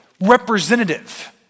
representative